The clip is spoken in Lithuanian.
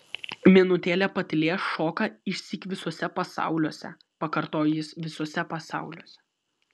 minutėlę patylėjęs šoka išsyk visuose pasauliuose pakartojo jis visuose pasauliuose